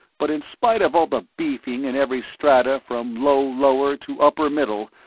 but in spite of all the beefing in every strata from low-lower to upper-middle,